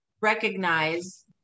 recognize